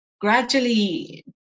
gradually